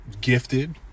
gifted